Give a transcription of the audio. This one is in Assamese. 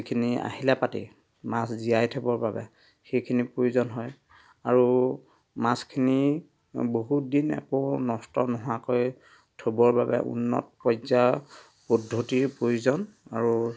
যিখিনি আহিলা পাতি মাছ জীয়াই থবৰ বাবে সেইখিনিৰ প্ৰয়োজন হয় আৰু মাছখিনি বহুত দিন একো নষ্ট নোহোৱাকৈ থ'বৰ বাবে উন্নত পৰ্যায়ৰ পদ্ধতিৰ প্ৰয়োজন আৰু